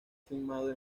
filmado